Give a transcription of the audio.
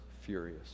furious